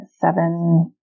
seven